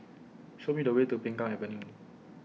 Show Me The Way to Peng Kang Avenue